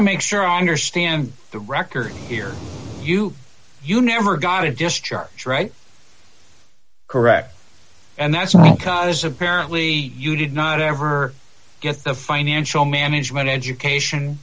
to make sure i understand the record here you you never gonna discharge right correct and that's what congress apparently you did not ever get the financial management education